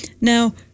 Now